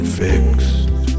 fixed